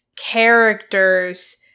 characters